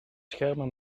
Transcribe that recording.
schermen